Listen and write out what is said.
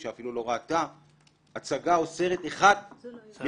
שאפילו לא ראתה הצגה או סרט אחד ממה